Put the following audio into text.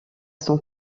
son